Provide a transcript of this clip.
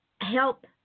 help